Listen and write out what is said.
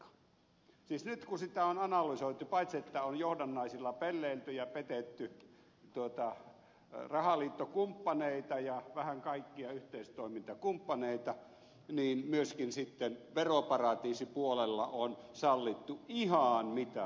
siis nyt kun sitä on analysoitu paitsi että on johdannaisilla pelleilty ja petetty rahaliittokumppaneita ja vähän kaikkia yhteistoimintakumppaneita niin myöskin veroparatiisipuolella on sallittu ihan mitä tahansa